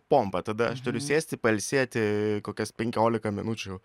pompa tada aš turiu sėsti pailsėti kokias penkiolika minučių